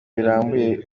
birambuye